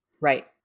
Right